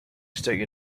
state